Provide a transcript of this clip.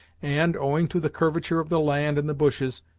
and, owing to the curvature of the land and the bushes,